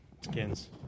Skins